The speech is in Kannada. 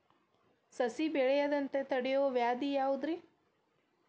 ಸಸಿ ಬೆಳೆಯದಂತ ತಡಿಯೋ ವ್ಯಾಧಿ ಯಾವುದು ರಿ?